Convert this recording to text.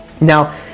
Now